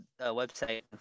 website